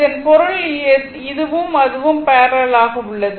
இதன் பொருள் இதுவும் அதுவும் பேரலல் ஆக உள்ளது